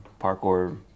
parkour